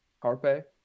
carpe